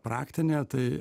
praktinė tai